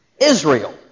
Israel